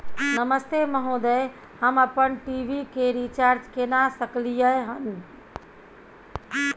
नमस्ते महोदय, हम अपन टी.वी के रिचार्ज केना के सकलियै हन?